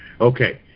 Okay